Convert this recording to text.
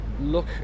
look